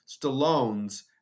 Stallone's